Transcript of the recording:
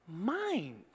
mind